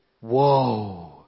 Whoa